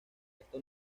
esta